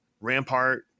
Rampart